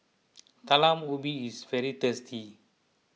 Talam Ubi is very tasty